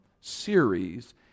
series